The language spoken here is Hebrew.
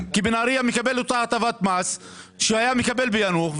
כי שם הוא מקבל את הטבת המס שהוא היה מקבל ביאנוח.